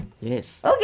Yes